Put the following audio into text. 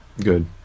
Good